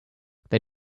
they